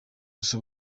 gusa